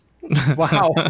Wow